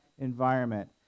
environment